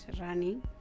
running